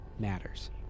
matters